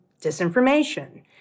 disinformation